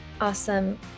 Awesome